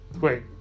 Wait